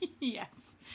Yes